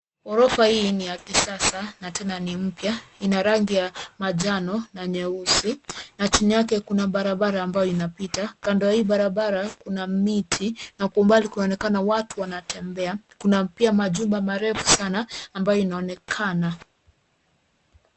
Ghorofa hii ni ya kisasa na tena ni mpya. Ina rangi ya manjano na nyeusi na chini yake kuna barabara ambayo inapita. Kando ya hii barabara kuna miti na kwa umbali kunaonekana wanatembea. Kuna pia majumba marefu sana ambayo inaonekana.